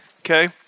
okay